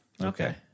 Okay